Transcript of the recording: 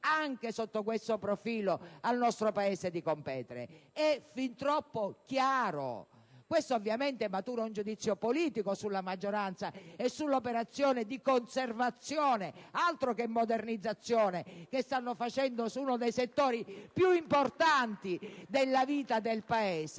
anche sotto questo profilo, al nostro Paese di competere. È fin troppo chiaro. Questo ovviamente matura un giudizio politico sulla maggioranza e sull'operazione di conservazione - altro che modernizzazione! - che sta facendo in uno dei settori più importanti della vita del Paese.